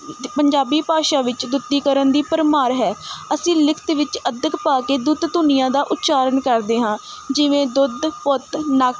ਪੰਜਾਬੀ ਭਾਸ਼ਾ ਵਿੱਚ ਦੁੱਤੀਕਰਨ ਦੀ ਭਰਮਾਰ ਹੈ ਅਸੀਂ ਲਿਖਤ ਵਿੱਚ ਅੱਧਕ ਪਾ ਕੇ ਦੁੱਤ ਧੁਨੀਆਂ ਦਾ ਉਚਾਰਨ ਕਰਦੇ ਹਾਂ ਜਿਵੇਂ ਦੁੱਧ ਪੁੱਤ ਨੱਕ